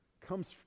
comes